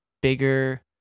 bigger